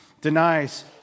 denies